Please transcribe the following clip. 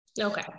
Okay